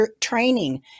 training